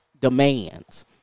Demands